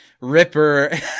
Ripper